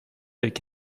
avec